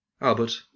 Albert